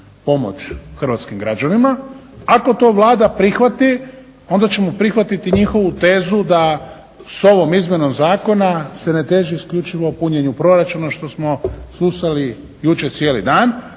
pomoći hrvatskim građanima. Ako to Vlada prihvati onda ćemo prihvatiti i njihovu tezu da s ovom izmjenom zakona se ne teži isključivo punjenju proračuna što smo slušali jučer cijeli dan.